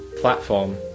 platform